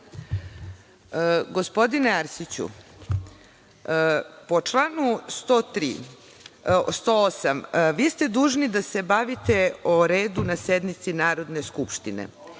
Gospodine Arsiću, po članu 108, vi ste dužni da se bavite o redu na sednici Narodne skupštine.